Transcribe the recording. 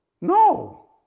No